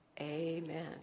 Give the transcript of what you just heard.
Amen